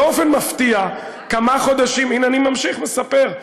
באופן מפתיע, כמה חודשים, הנה, אני ממשיך לספר.